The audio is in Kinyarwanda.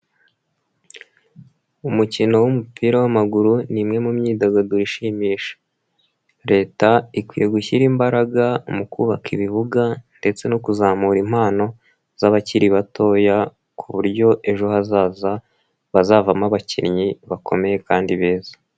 Umukino w'umupira w'amaguru ni imwe mu myidagaduro ishimisha, Leta ikwiye gushyira imbaraga mu kubaka ibibuga ndetse no kuzamura impano z'abakiri batoya ku buryo ejo hazaza bazavamo abakinnyi bakomeye kandi beza.